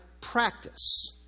practice